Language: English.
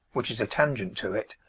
which is a tangent to it,